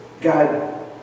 God